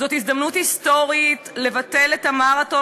זאת הזדמנות היסטורית לבטל את המרתון